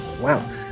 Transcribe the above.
Wow